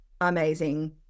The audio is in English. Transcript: amazing